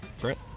Brett